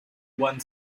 one